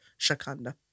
Shakanda